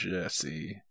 Jesse